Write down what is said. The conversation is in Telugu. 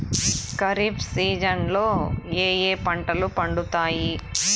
ఖరీఫ్ సీజన్లలో ఏ ఏ పంటలు పండుతాయి